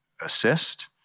assist